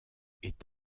est